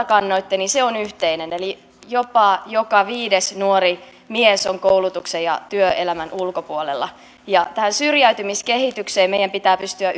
kannoitte on yhteinen eli jopa joka viides nuori mies on koulutuksen ja työelämän ulkopuolella tähän syrjäytymiskehitykseen meidän pitää pystyä